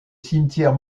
cimetière